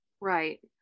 Right